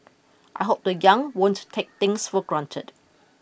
I hope the young won't take things for granted